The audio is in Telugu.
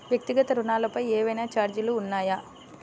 వ్యక్తిగత ఋణాలపై ఏవైనా ఛార్జీలు ఉన్నాయా?